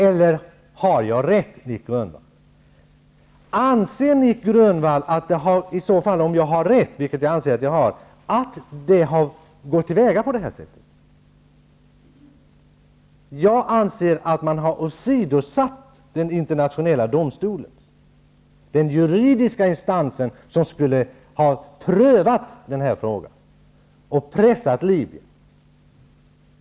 Eller har jag rätt, Nic Grönvall? Om jag har rätt -- vilket jag anser att jag har -- och man har gått tillväga på det här sättet, anser jag att man har åsidosatt Internationella domstolen, den juridiska instans som skulle ha prövat denna fråga och pressat Libyen.